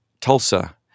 Tulsa